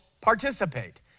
participate